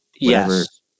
Yes